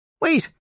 Wait